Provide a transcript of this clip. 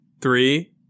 Three